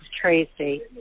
Tracy